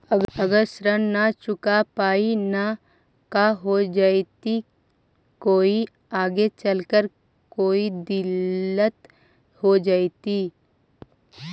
अगर ऋण न चुका पाई न का हो जयती, कोई आगे चलकर कोई दिलत हो जयती?